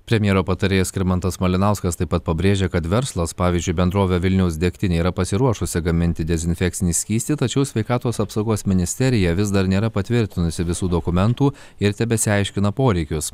premjero patarėjas skirmantas malinauskas taip pat pabrėžė kad verslas pavyzdžiui bendrovė vilniaus degtinė yra pasiruošusi gaminti dezinfekcinį skystį tačiau sveikatos apsaugos ministerija vis dar nėra patvirtinusi visų dokumentų ir tebesiaiškina poreikius